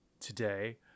today